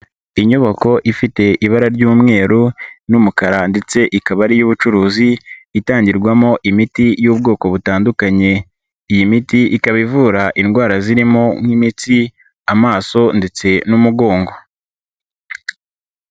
Inyubako ifite ibara ry'umweru n'umukara ndetse ikaba ari iy'ubucuruzi itangirwamo imiti y'ubwoko butandukanye, iyi miti ikaba ivura indwara zirimo nk'imitsi amaso ndetse n'umugongo.